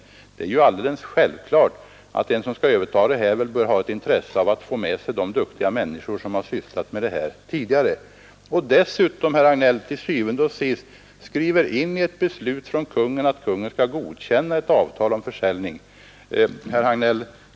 Det är alldeles självklart att den som skall överta tillverkningen bör ha intresse av att få med sig de duktiga människor som sysslat med den tidigare. Och att man dessutom, herr Hagnell, til syvende og sidst skriver in i beslutet att Kungen skall godkänna ett avtal om försäljning.